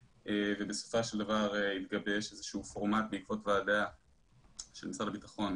ובסופו של דבר התגבש איזשהו פורמט בעקבות ועדה של משרד הביטחון